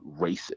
racist